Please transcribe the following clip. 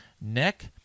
neck